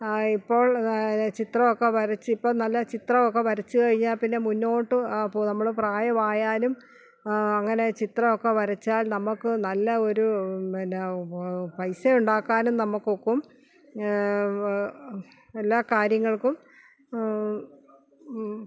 ഇപ്പോൾ ചിത്രമൊക്കെ വരച്ച് ഇപ്പോൾ നല്ല ചിത്രമൊക്കെ വരച്ച് കഴിഞ്ഞാൽ പിന്നെ മുന്നോട്ട് പൊ നമ്മൾ പ്രായമായാലും അങ്ങനെ ചിത്രമൊക്കെ വരച്ചാൽ നമ്മൾക്ക് നല്ല ഒരു എന്ന പൈസ ഉണ്ടാക്കാനും നമ്മ്ൾക്ക് ഒക്കും എല്ലാ കാര്യങ്ങൾക്കും